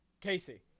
Casey